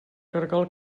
caragol